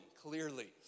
clearly